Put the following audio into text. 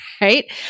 right